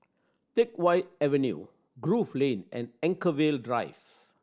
Teck Whye Avenue Grove Lane and Anchorvale Drive